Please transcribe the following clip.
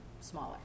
smaller